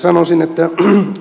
sanoisin että